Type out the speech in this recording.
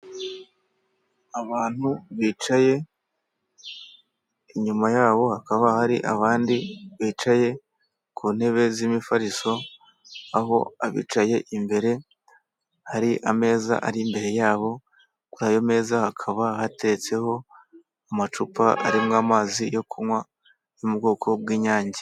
Abantu bicaye inyuma yabo hakaba hari abandi bicaye ku ntebe z'imifariso aho abicaye imbere hari ameza ari imbere yabo kuriyo meza hakaba hatetseho amacupa arimo amazi yo kunywa yo mu bwoko bw'inyange.